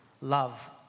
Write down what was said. Love